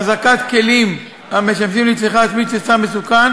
החזקת כלים המשמשים לצריכה עצמית של סם מסוכן